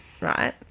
right